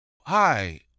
Hi